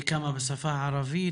כמה בשפה הערבית,